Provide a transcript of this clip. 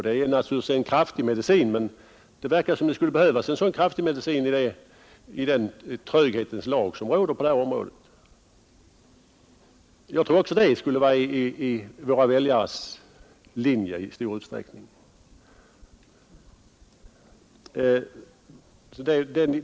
Det är naturligtvis en kraftig medicin, men det verkar som om det skulle behövas en sådan för att forcera den tröghetens lag som råder på det här området. Jag tror också att detta skulle vara att följa våra väljares linje i stor utsträckning.